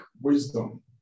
wisdom